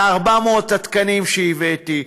ל-400 התקנים שהבאתי,